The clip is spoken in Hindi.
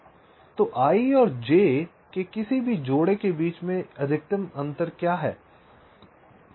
तो i और j के किसी भी जोड़े के बीच देरी में अधिकतम अंतर क्या है